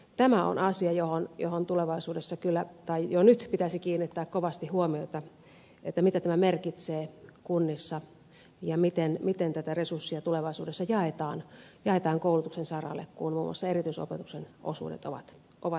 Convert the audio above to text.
tämä on asia johon tulevaisuudessa kyllä tai jo nyt pitäisi kiinnittää kovasti huomiota mitä tämä merkitsee kunnissa ja miten tätä resurssia tulevaisuudessa jaetaan koulutuksen saralle kun muun muassa erityisopetuksen osuudet ovat häviämässä